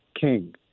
king